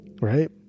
Right